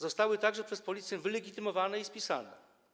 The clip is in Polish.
Zostały także przez policję wylegitymowane i spisane.